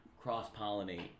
cross-pollinate